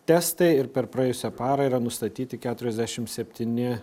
testai ir per praėjusią parą yra nustatyti keturiasdešim septyni